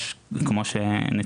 את שתי